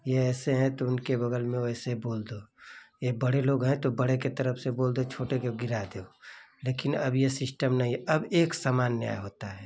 ये ऐसे हैं तो उनके बगल में वैसे बोल दो ये बड़े लोग हैं तो बड़े की तरफ से बोल दो छोटे को गिरा दो लेकिन अब यह सिस्टम नहीं है अब एकसमान न्याय होता है